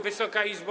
Wysoka Izbo!